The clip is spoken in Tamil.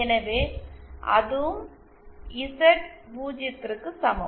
எனவே அதுவும் இசட்0 Z0 க்கு சமம்